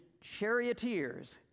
charioteers